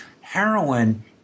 heroin